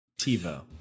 TiVo